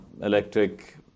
electric